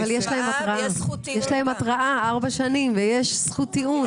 אבל יש להם התראה 4 שנים ויש זכות טיעון.